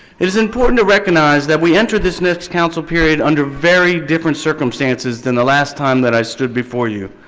it is important to recognize that we enter this next council period under very different circumstances than the last time that i stood before you.